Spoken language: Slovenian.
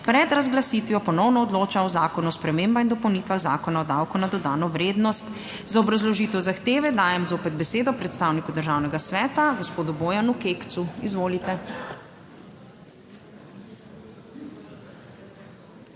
pred razglasitvijo ponovno odloča o Zakonu o spremembah in dopolnitvah Zakona o davku na dodano vrednost. Za obrazložitev zahteve, dajem zopet besedo predstavniku Državnega sveta, gospodu Bojanu Kekcu. Izvolite.